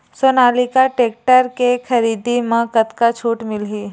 Sonalika tractor के खरीदी मा कतका छूट मीलही?